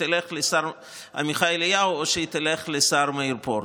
תלך לשר עמיחי אליהו או שהיא תלך לשר מאיר פרוש.